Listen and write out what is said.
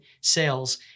sales